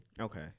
Okay